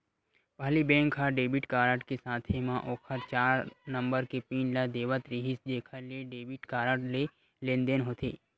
पहिली बेंक ह debit card के साथे म ओखर चार नंबर के पिन ल देवत रिहिस जेखर ले डेबिट कारड ले लेनदेन होथे